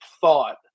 thought